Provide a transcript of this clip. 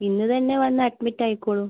ഇന്ന് തന്നെ വന്ന് അഡ്മിറ്റ് ആയിക്കോളൂ